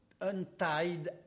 untied